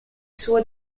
suo